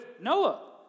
Noah